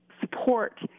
support